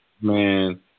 Man